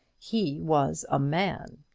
he was a man!